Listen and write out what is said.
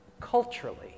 culturally